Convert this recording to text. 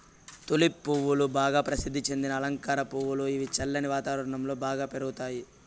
tulip పువ్వులు బాగా ప్రసిద్ది చెందిన అలంకార పువ్వులు, ఇవి చల్లని వాతావరణం లో బాగా పెరుగుతాయి